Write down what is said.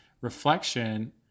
reflection